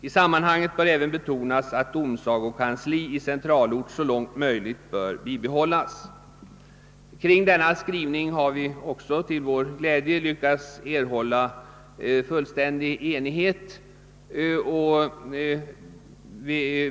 I sammanhanget bör även betonas att domsagokansli i centralort så långt möjligt bör bibehållas.» Kring denna skrivning har vi till vår glädje lyckats nå fullständig enighet.